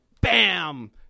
bam